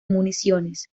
municiones